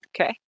Okay